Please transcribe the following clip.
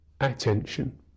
attention